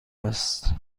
است